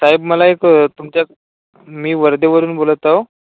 साहेब मला एक तुमच्या मी वर्धेवरून बोलत आहो